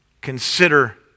consider